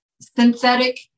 synthetic